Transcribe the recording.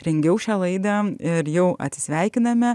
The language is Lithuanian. rengiau šią laidą ir jau atsisveikiname